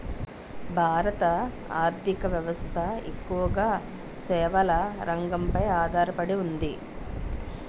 భారత ఆర్ధిక వ్యవస్థ ఎక్కువగా సేవల రంగంపై ఆధార పడి ఉంది